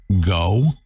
Go